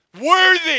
Worthy